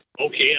Okay